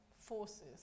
forces